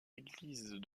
églises